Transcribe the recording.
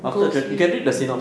ghost me no